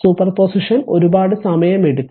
super position ഒരുപാടു സമയം എടുക്കുന്നു